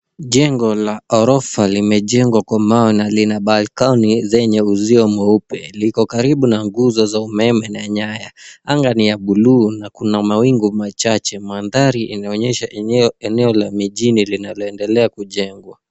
Jengo la ghorofa limejengwa kwa mawe na lina balkoni zenye uzio mweupe. Liko karibu na nguzo za umeme na nyaya. Anga ni ya buluu na kuna mawingu machache. Mandhari inaonyesha eneo la mijini linaloendelea kujengwa.